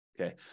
okay